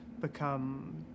become